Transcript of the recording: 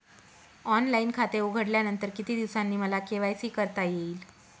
Online खाते उघडल्यानंतर किती दिवसांनी मला के.वाय.सी करता येईल?